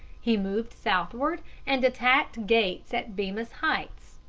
he moved southward and attacked gates at bemis heights,